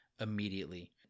immediately